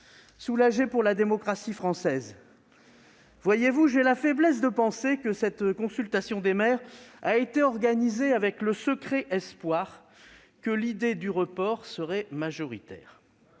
sommes pour la démocratie française. Voyez-vous, j'ai la faiblesse de penser que la consultation des maires a été organisée avec le secret espoir que l'idée du report serait majoritaire.